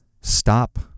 stop